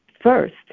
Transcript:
first